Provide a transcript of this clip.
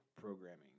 programming